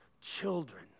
children